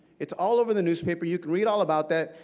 it's all over the newspapers. you can read all about that.